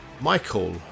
Michael